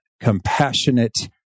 compassionate